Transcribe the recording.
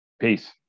Peace